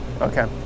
Okay